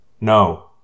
No